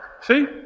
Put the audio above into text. See